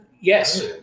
Yes